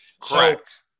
Correct